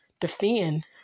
defend